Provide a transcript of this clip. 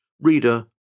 Reader